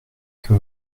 que